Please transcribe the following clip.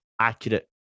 accurate